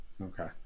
Okay